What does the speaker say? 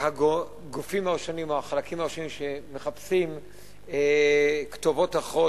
הגופים הראשונים או החלקים הראשונים שמחפשים כתובות אחרות